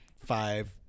five